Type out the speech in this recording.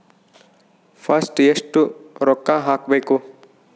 First ಎಷ್ಟು ರೊಕ್ಕ ಹಾಕಬೇಕು?